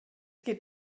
geht